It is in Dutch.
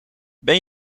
ben